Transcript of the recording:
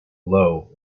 low